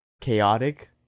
chaotic